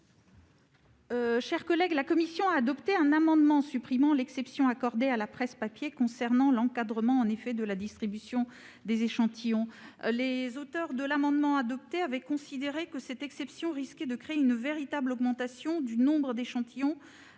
de la commission ? La commission a adopté un amendement qui supprime l'exception accordée à la presse papier concernant l'encadrement de la distribution des échantillons. Les auteurs de cet amendement avaient considéré que cette exception risquait de créer une forte augmentation du nombre d'échantillons